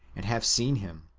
and have seen him.